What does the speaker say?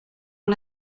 one